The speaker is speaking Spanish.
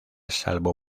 salvo